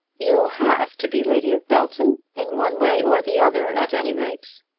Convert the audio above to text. you'll have to be lady of belton in one way or the other at any rate,